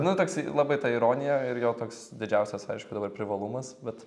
nu toks labai ta ironija ir jo toks didžiausias aišku dabar privalumas bet